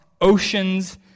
oceans